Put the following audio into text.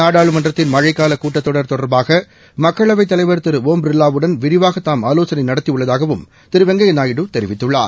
நாடாளுமன்றத்தின் மழைக்கால கூட்டத்தொடர் தொடர்பாக மக்களவைத் தலைவர் திரு ஒம் பிர்வாவுடன் விரிவாக தாம் ஆலோசனை நடத்தி உள்ளதாகவும் திரு வெங்கையா நாயுடு தெரிவித்துள்ளார்